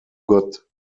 got